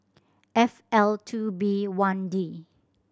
F L two B one D